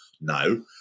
No